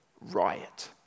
riot